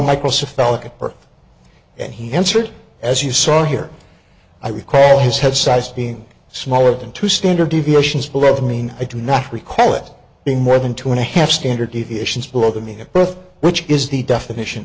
birth and he answered as you saw here i recall his head size being smaller than two standard deviations believe me i do not recall it being more than two and a half standard deviations below the me at birth which is the definition